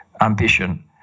ambition